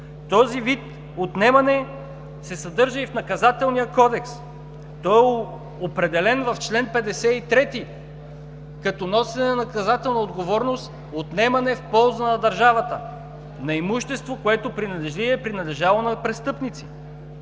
Този вид отнемане се съдържа и в Наказателния кодекс. Той е определен в чл. 53 като носене на наказателна отговорност – отнемане в полза на държавата на имущество, което е принадлежало на престъпници.